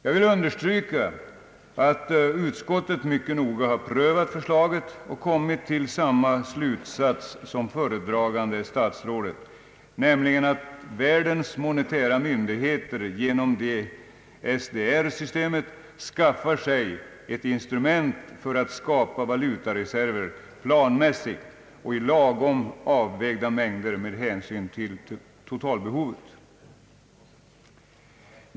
Jag vill understryka att utskottet mycket noga har prövat förslaget och kommit till samma slutsats som föredragande statsrådet, nämligen att världens monetära myndigheter genom SDR-systemet skaffar sig ett instrument för att skapa valutareserver planmässigt och i lagom avvägda mängder med hänsyn till totalbehovet.